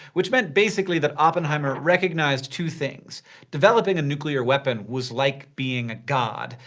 which meant, basically, that oppenheimer recognized two things developing a nuclear weapon was like being a god.